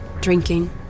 drinking